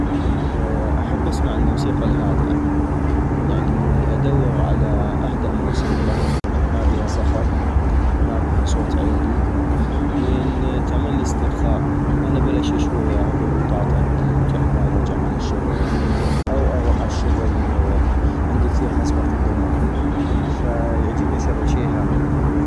أحب اسمع الموسيقى الهادئة - يعني ادوغ على اهدئ موسيقى ، مابيها صخب ، مابيها صوت عيلي - لان تعملي استرخاء، أنا بلا شي ضغوطات عندي وتعبان ارجع من الشغل أو اغوح عندي كثيغ حسبات بدماغي - فيعجبني اشغل شي هادئ